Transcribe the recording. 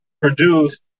produced